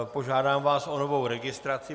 Požádám vás o novou registraci.